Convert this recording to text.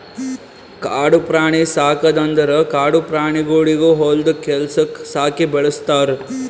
ಕಾಡು ಪ್ರಾಣಿ ಸಾಕದ್ ಅಂದುರ್ ಕಾಡು ಪ್ರಾಣಿಗೊಳಿಗ್ ಹೊಲ್ದು ಕೆಲಸುಕ್ ಸಾಕಿ ಬೆಳುಸ್ತಾರ್